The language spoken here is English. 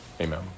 amen